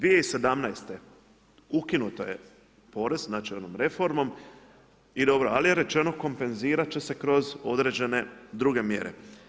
2017. ukinut je porez znači onom reformom i dobro, ali je rečeno kompenzirat će se kroz određene druge mjere.